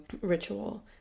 ritual